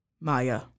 Maya